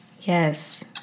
Yes